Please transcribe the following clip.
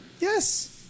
Yes